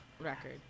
record